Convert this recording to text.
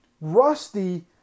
rusty